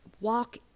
walk